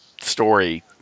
story